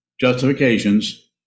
justifications